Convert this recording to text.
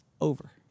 over